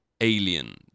alien